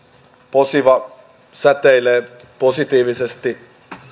posiva säteilee positiivisesti